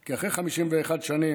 כי אחרי 51 שנים,